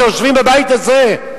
שיושבים בבית הזה,